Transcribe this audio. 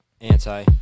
Anti